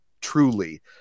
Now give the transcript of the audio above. truly